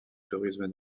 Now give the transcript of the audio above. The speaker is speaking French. tourisme